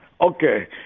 Okay